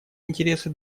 интересы